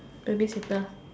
baby seater